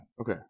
Okay